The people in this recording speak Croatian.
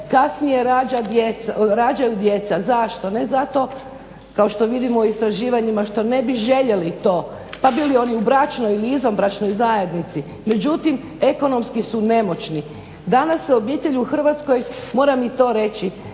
kasnije rađaju djeca. Zašto? Ne zato kao što vidimo u istraživanjima što ne bi željeli to, pa bili oni u bračnoj ili izvanbračnoj zajednici, međutim ekonomski su nemoćni. Danas se u obitelj u Hrvatskoj, moram i to reći,